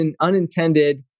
unintended